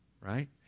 Right